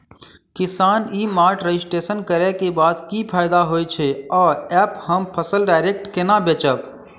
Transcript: किसान e mart registration करै केँ बाद की फायदा होइ छै आ ऐप हम फसल डायरेक्ट केना बेचब?